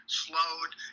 slowed